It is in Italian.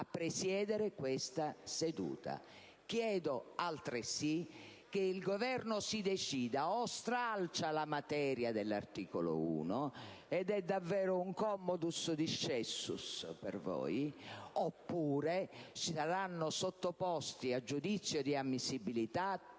presiedere questa seduta. Chiedo altresì che il Governo si decida: o stralcia la materia dell'articolo 1 - e per voi sarebbe davvero un *commodus discessus* - oppure saranno sottoposti a giudizio di ammissibilità